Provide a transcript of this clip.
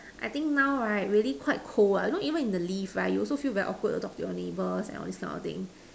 I think now right really quite cold you know even in the lift right you also feel very awkward talk to your neighbours that kind of thing